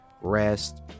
rest